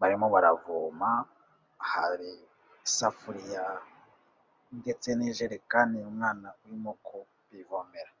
barimo baravoma, hari isafuriya ndetse n'ijerekani umwana urimo kuvomera.